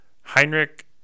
heinrich